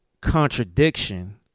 contradiction